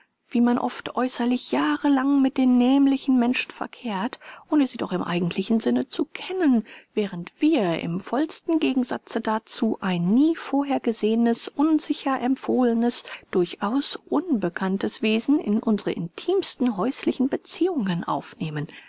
wie man oft äußerlich jahrelang mit den nämlichen menschen verkehrt ohne sie doch im eigentlichen sinne zu kennen während wir im vollsten gegensatze dazu ein nie vorher gesehnes unsicher empfohlenes durchaus unbekanntes wesen in unsere intimsten häuslichen beziehungen aufnehmen